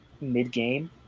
mid-game